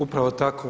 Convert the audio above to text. Upravo tako.